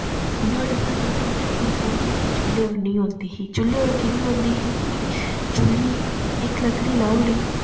नुआढ़े बाद जेह्का ते इक गल्ल जेह्की चुल्ले पर नि होंदी ही चुल्ले पर कि नि होंदी ही कि चुल्ली इक लकड़ी लाऊड़ी